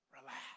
relax